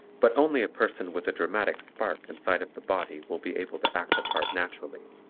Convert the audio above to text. but only a person with a dramatic spark inside of the body will be able to act a part naturally.